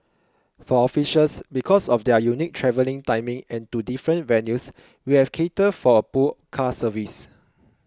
for officials because of their unique travelling timings and to different venues we have catered for a pool car service